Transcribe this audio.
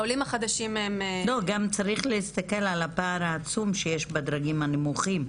גם צריך להסתכל על הפער העצום שיש בדרגים הנמוכים.